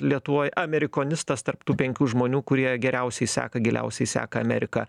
lietuvoj amerikonistas tarp tų penkių žmonių kurie geriausiai seka giliausiai seka ameriką